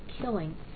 killing